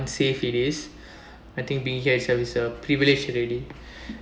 it is I think being here itself is a privilege already